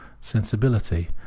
sensibility